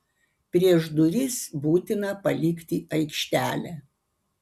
prieš duris būtina palikti aikštelę